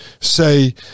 say